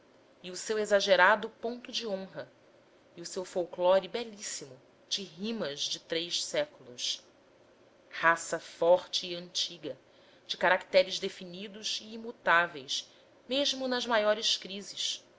e o seu exagerado ponto de honra e o seu folclore belíssimo de rimas de três séculos raça forte e antiga de caracteres definidos e imutáveis mesmo nas maiores crises